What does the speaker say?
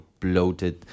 bloated